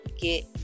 get